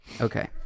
okay